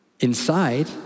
Inside